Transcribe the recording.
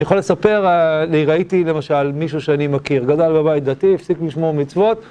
יכול לספר, ראיתי למשל מישהו שאני מכיר, גדל בבית דתי, הפסיק לשמור מצוות